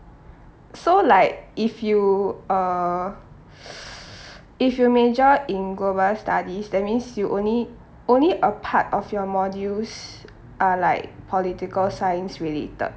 so like if you uh if you major in global studies that means you only only a part of your modules are like political science related